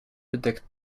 bedeckt